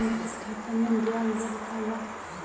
बचत खाता मे ब्याज दर का बा?